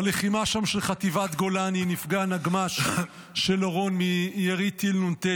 בלחימה של חטיבת גולני שם נפגע הנגמ"ש של אורון מירי טיל נ"ט.